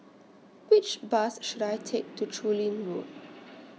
Which Bus should I Take to Chu Lin Road